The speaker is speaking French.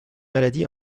maladie